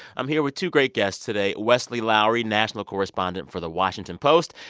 i'm here with two great guests today, wesley lowery, national correspondent for the washington post,